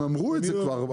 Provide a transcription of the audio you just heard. הם אמרו את זה כבר.